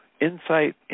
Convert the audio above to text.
insight